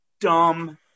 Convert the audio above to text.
dumb